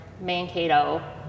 Mankato